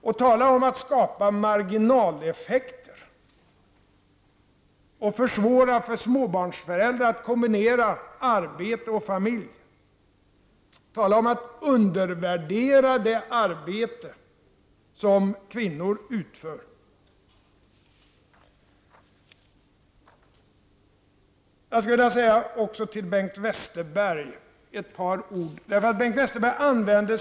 Och tala om att skapa marginaleffekter och att försvåra för småbarnsföräldrar att kombinera arbete och familj! Tala om att undervärdera det arbete som kvinnor utför! Jag skulle vilja säga ett par ord också till Bengt Westerberg.